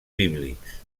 bíblics